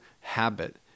habit